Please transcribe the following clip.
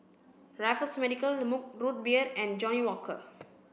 Raffles Medical Mug Root Beer and Johnnie Walker